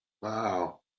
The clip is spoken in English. Wow